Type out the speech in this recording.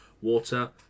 water